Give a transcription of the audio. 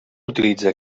utilitza